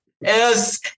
yes